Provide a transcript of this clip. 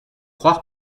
faire